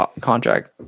contract